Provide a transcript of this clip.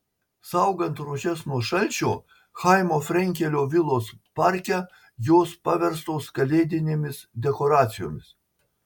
saugant rožes nuo šalčio chaimo frenkelio vilos parke jos paverstos kalėdinėmis dekoracijomis